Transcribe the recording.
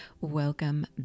Welcome